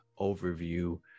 overview